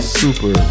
super